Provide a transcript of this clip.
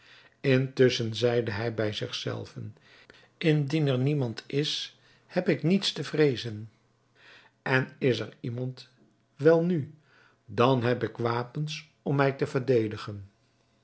intusschen zeide hij bij zich zelven indien er niemand is heb ik niets te vreezen en is er iemand welnu dan heb ik wapens om mij te verdedigen